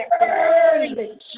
Early